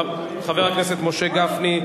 חבר הכנסת משה גפני,